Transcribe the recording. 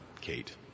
Kate